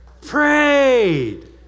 prayed